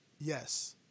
Yes